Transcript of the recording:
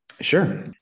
Sure